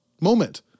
moment